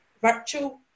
virtual